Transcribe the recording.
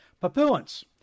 Papuans